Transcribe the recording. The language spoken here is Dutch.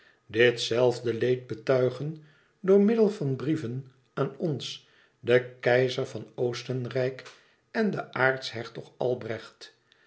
dit zelfde leed betuigen door middel van brieven aan ons de keizer van oostenrijk en de aartshertog albrecht